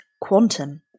Quantum